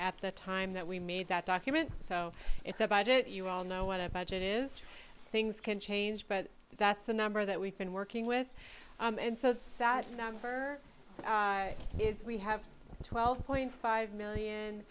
at the time that we made that document so it's a budget you all know what a budget is things can change but that's the number that we've been working with and so that number is we have twelve point five million